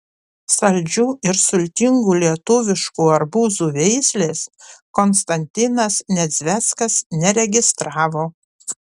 saldžių ir sultingų lietuviškų arbūzų veislės konstantinas nedzveckas neregistravo